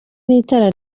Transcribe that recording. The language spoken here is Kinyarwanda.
n’itara